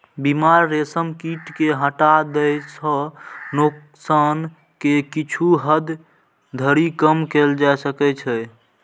बीमार रेशम कीट कें हटा दै सं नोकसान कें किछु हद धरि कम कैल जा सकै छै